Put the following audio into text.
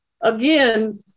again